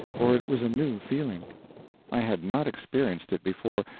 for it was a new feeling i had not experienced it before,